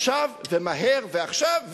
עכשיו ומהר ועכשיו,